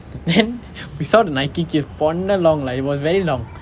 then we saw the Nike queue பொண்ண:ponna long like it was very long